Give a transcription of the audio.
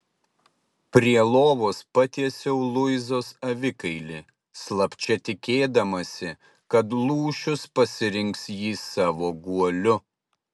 prie lovos patiesiau luizos avikailį slapčia tikėdamasi kad lūšius pasirinks jį savo guoliu